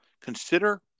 consider